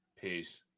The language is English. Peace